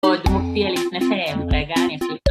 עוד מופיע לפניכם, רגע אני עכשיו